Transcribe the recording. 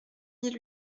mille